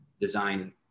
design